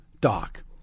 Doc